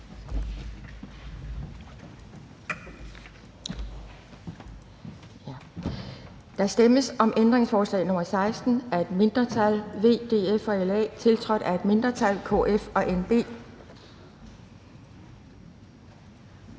Der stemmes om ændringsforlag nr. 3, af et mindretal (V, DF og LA), tiltrådt af et mindretal (KF og NB),